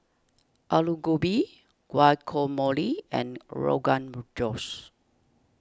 Alu Gobi Guacamole and Rogan Josh